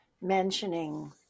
mentioning